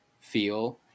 feel